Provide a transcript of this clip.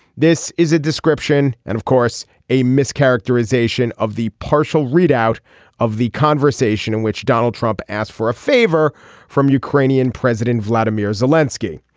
this is a description and of course a mischaracterization of the partial readout of the conversation in which donald trump asked for a favor from ukrainian president vladimir zelinsky.